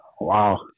Wow